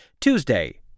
Tuesday